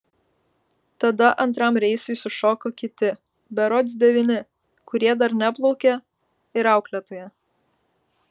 tada antram reisui sušoko kiti berods devyni kurie dar neplaukė ir auklėtoja